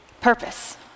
purpose